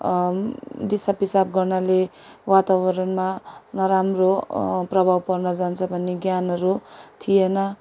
दिसा पिसाब गर्नाले वातावरणमा नराम्रो प्रभाव पर्न जान्छ भन्ने ज्ञानहरू थिएन